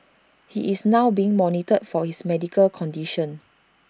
he is now being monitored for his medical condition